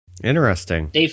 Interesting